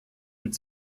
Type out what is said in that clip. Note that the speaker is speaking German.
mit